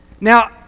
Now